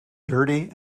dirty